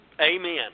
Amen